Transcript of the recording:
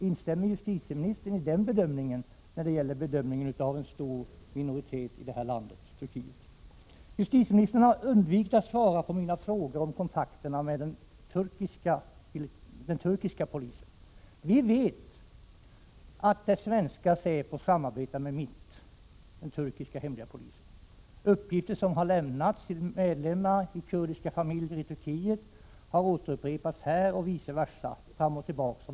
Instämmer justitieministern i den bedömningen när det gäller en stor minoritet i Turkiet? Justitieministern har undvikit att svara på mina frågor om kontakterna med den turkiska polisen. Men vi vet att svenska säpo samarbetar med MIT, den turkiska hemliga polisen. Uppgifter som lämnats till medlemmar av kurdiska familjer i Turkiet har upprepats här, och vice versa.